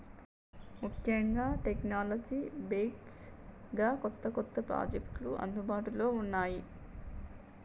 ముఖ్యంగా technology based గా కొత్త కొత్త ప్రాజెక్టులు అందుబాటులో ఉన్నాయి